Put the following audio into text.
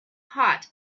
hot